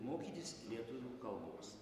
mokytis lietuvių kalbos